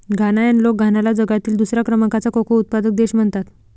घानायन लोक घानाला जगातील दुसऱ्या क्रमांकाचा कोको उत्पादक देश म्हणतात